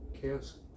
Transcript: chaos